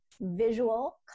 visual